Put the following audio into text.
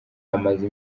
amaze